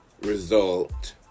result